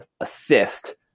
assist